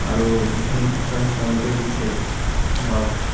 আৰু যিখিনি ফীচাৰ্ছ তেওঁলোকে দিছে ধৰক